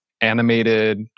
animated